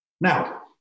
Now